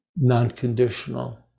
non-conditional